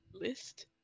list